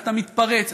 ואתה מתפרץ.